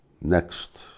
Next